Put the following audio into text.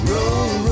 Roll